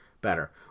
better